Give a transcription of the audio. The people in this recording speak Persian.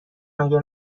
مگه